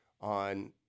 on